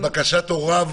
לבקשת הוריו,